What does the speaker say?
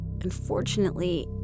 Unfortunately